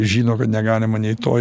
žino kad negalima nei to